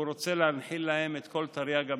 הוא רוצה להנחיל להם את כל תרי"ג המצוות.